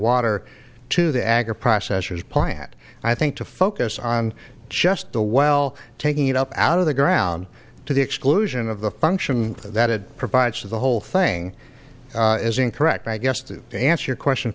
water to the agriprocessors plant i think to focus on just the well taking it up out of the ground to the exclusion of the function that it provides to the whole thing is incorrect i guess to answer your question